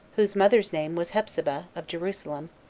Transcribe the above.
whose mother's name was hephzibah, of jerusalem,